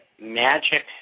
magic